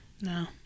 No